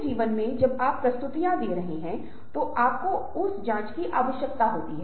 हमारे आसपास जो कुछ भी हम देखते हैं वह विज़ुअल्स है